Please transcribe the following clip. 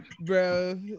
bro